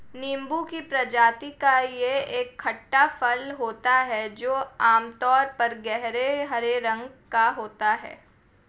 नींबू की प्रजाति का यह एक खट्टा फल होता है जो आमतौर पर गहरे हरे रंग का होता है